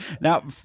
Now